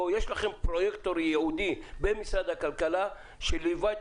או שיש לכם פרויקטור ייעודי במשרד הכלכלה שליווה את